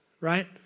right